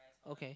okay